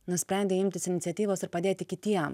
nusprendei imtis iniciatyvos ir padėti kitiem